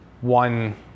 one